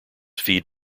feed